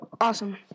Awesome